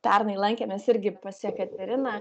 pernai lankėmės irgi pas jekateriną